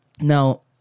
Now